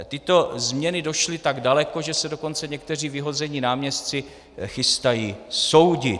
Tyto změny došly tak daleko, že se dokonce někteří vyhození náměstci chystají soudit.